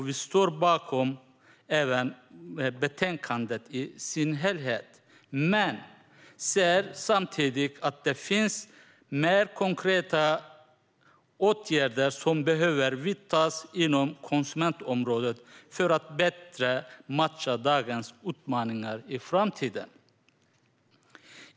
Vi står bakom betänkandet i dess helhet men ser samtidigt att det finns mer konkreta åtgärder som behöver vidtas på konsumentområdet för att bättre matcha dagens utmaningar i framtiden.